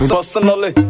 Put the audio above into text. Personally